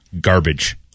garbage